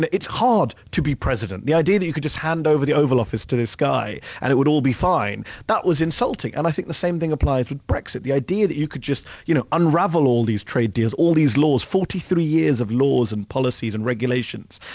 it's hard to be president. the idea that you could just hand over the oval office to this guy and it would all be fine, that was insulting. and i think the same thing applies with brexit. the idea that you could just you know unravel all these trade deals, all these laws, forty three years of laws, and policies, and regulations,